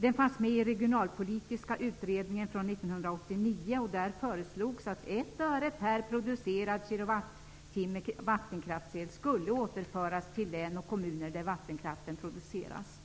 Den fanns med i den regionalpolitiska utredningen från 1989, där det föreslogs att 1 öre per producerad kilowattimme vattenkraftsel skulle återföras till län och kommuner där vattenkraften produceras.